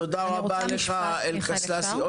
תודה רבה לך, אלקסלסי.